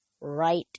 right